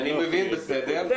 אני מבין, בסדר.